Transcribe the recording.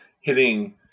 hitting